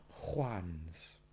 Juan's